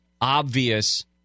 obvious